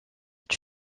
est